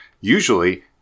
usually